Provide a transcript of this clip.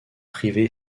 privée